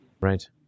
Right